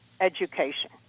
education